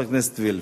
חברת הכנסת וילף.